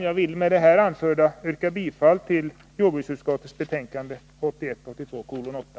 Jag vill med det anförda yrka bifall till hemställan i jordbruksutskottets betänkande 1981/82:8.